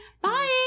Bye